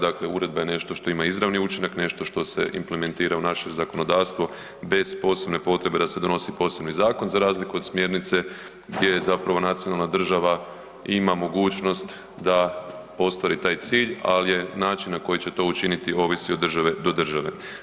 Dakle, uredba je nešto što ima izravan učinak, nešto što se implementira u naše zakonodavstvo bez posebne potrebe da se donosi posebni zakon za razliku od smjernice gdje je zapravo nacionalna država i ima mogućnost da ostvari taj cilj, ali je način na koji će to učiniti ovisi od države do države.